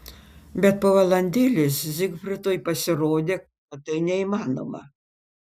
bet po valandėlės zygfridui pasirodė kad tai neįmanoma